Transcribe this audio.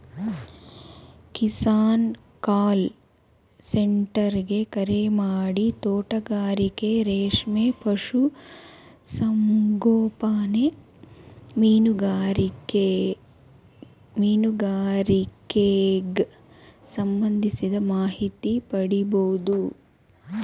Kisan call centre ಗೆ ಕರೆಮಾಡಿ ತೋಟಗಾರಿಕೆ ರೇಷ್ಮೆ ಪಶು ಸಂಗೋಪನೆ ಮೀನುಗಾರಿಕೆಗ್ ಸಂಬಂಧಿಸಿದ ಮಾಹಿತಿ ಪಡಿಬೋದು